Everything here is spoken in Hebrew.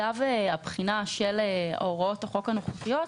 אגב הבחינה של הוראות החוק הנוכחיות,